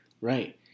right